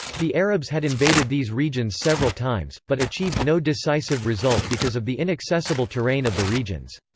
the arabs had invaded these regions several times, but achieved no decisive result because of the inaccessible terrain of the regions.